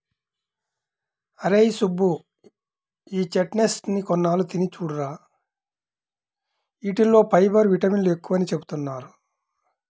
అరేయ్ సుబ్బు, ఈ చెస్ట్నట్స్ ని కొన్నాళ్ళు తిని చూడురా, యీటిల్లో ఫైబర్, విటమిన్లు ఎక్కువని చెబుతున్నారు